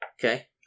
okay